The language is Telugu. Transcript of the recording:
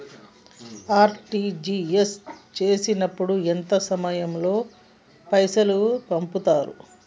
ఆర్.టి.జి.ఎస్ చేసినప్పుడు ఎంత సమయం లో పైసలు పంపుతరు?